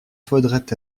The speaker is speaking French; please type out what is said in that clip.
faudrait